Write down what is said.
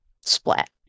Splat